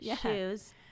shoes